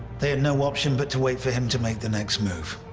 they had no option but to wait for him to make the next move.